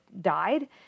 died